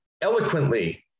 eloquently